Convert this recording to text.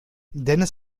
dennis